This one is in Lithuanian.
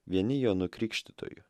vieni jonu krikštytoju